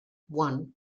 one